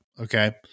Okay